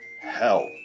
hell